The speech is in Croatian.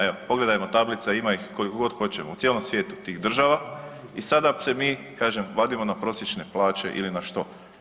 Evo pogledajmo tablica ima ih koliko god hoćemo u cijelom svijetu tih država i sada se mi kažem vadimo na prosječne plaće ili na što?